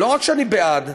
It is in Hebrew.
לא רק שאני בעד,